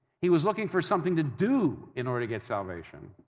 he was looking for something to do in order to get salvation.